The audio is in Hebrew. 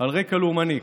על רקע לאומני.